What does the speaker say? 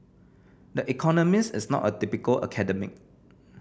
this economist is not a typical academic